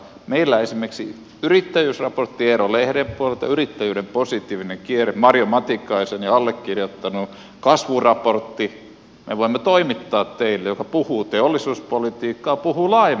meillä on esimerkiksi yrittäjyysraportti eero lehden puolelta yrittäjyyden positiivinen kierre marjo matikaisen ja allekirjoittaneen kasvuraportti ne voimme toimittaa ne teille jotka puhuvat teollisuuspolitiikkaa puhuvat laajemmin yrittäjyyspolitiikkaa